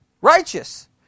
righteous